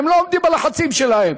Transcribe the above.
אתם לא עומדים בלחצים שלהם.